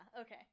okay